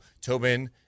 Tobin